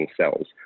cells